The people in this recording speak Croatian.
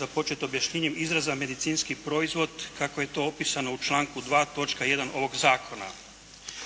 započeti objašnjenjem izraza medicinski proizvod, kako je to opisano u članku 2. točka 1. ovog zakona.